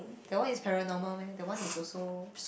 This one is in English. that one is paranormal meh that one is also